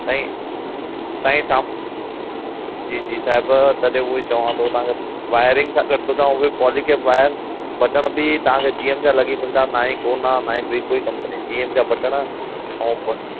साईं साईं साप जी जी साहिबु तॾहिं उहोई चवां पियो तव्हां खां वायरिंग सां गॾु त तव्हां उहे पॉलीकैब वायर बटण बि तव्हां खे जी ऐम जा लॻी मिलंदा ना ई कोना ना ई ॿी कोई कंपनी जी ऐम जा बटण ऐं पॉली